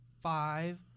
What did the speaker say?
five –